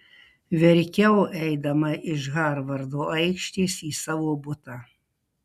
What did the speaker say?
verkiau eidama iš harvardo aikštės į savo butą